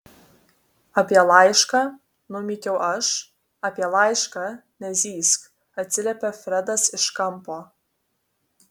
apie laišką numykiau aš apie laišką nezyzk atsiliepė fredas iš kampo